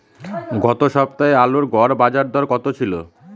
গত সপ্তাহে আলুর গড় বাজারদর কত ছিল?